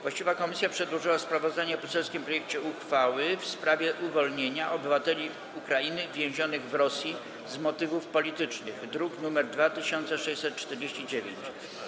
Właściwa komisja przedłożyła sprawozdanie o poselskim projekcie uchwały w sprawie uwolnienia obywateli Ukrainy więzionych w Rosji z motywów politycznych, druk nr 2649.